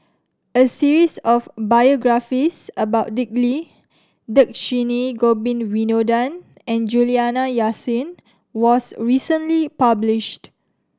a series of biographies about Dick Lee Dhershini Govin Winodan and Juliana Yasin was recently published